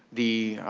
the